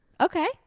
Okay